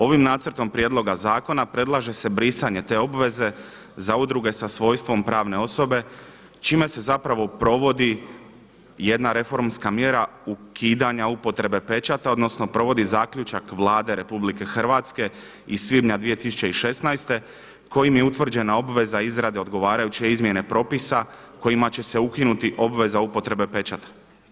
Ovim nacrtom prijedloga zakona predlaže se brisanje te obveze za udruge sa svojstvom pravne osobe čime se provodi jedna reformska mjera ukidanje upotrebe pečata odnosno provodi zaključak Vlade RH iz svibnja 2016. kojim je utvrđena obveza izrade odgovarajuće izmjene propisa kojima će se ukinuti obveza upotrebe pečata.